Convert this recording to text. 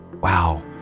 Wow